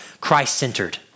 Christ-centered